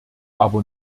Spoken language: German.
aber